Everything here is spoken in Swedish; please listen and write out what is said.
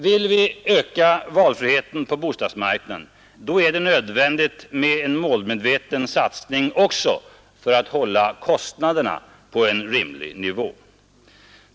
Vill vi öka valfriheten på bostadsmarknaden är det nödvändigt med en målmedveten satsning också för att hålla kostnaderna på en rimlig nivå.